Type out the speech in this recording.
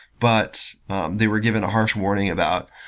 but they were given a harsh warning about,